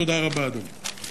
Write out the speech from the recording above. תודה רבה, אדוני.